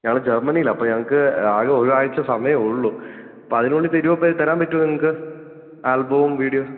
ഞങ്ങൾ ജർമനീലാ അപ്പം ഞങ്ങൾക്ക് ആകെ ഒരാഴ്ച്ച സമയമേ ഉള്ളൂ അപ്പോൾ അതിനുള്ളിൽ തരുമോ അപ്പോൾ തരാൻ പറ്റുമോ നിങ്ങൾക്ക് ആൽബവും വിഡിയോസും